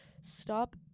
Stop